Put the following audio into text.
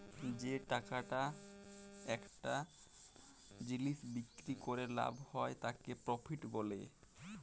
যে টাকাটা একটা জিলিস বিক্রি ক্যরে লাভ হ্যয় তাকে প্রফিট ব্যলে